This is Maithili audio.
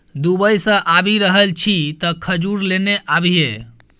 दुबई सँ आबि रहल छी तँ खजूर नेने आबिहे